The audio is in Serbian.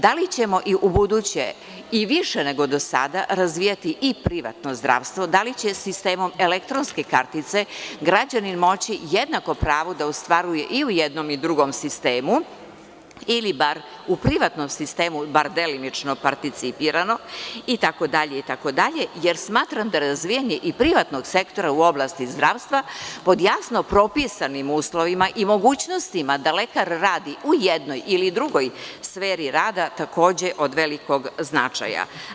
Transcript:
Da li ćemo i ubuduće i više nego do sada razvijati i privatno zdravstvo, da li će sistemom elektronske kartice građanin moći jednako pravo da ostvaruje i u jednom i drugom sistemu ili bar u privatnom sistemu bar delimično participirano, itd, jer smatram da razvijanje i privatnog sektora u oblasti zdravstva, pod jasno propisanim uslovima i mogućnostima da lekar radi u jednoj ili drugoj sferi rada, takođe od velikog značaja.